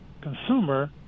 consumer